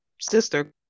sister